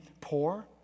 poor